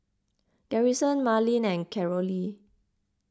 Garrison Marlen and Carolee